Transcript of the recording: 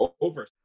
over